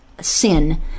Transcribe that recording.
sin